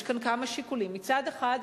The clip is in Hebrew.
יש כאן כמה שיקולים: מצד אחד,